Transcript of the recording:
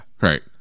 Right